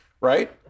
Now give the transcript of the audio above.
Right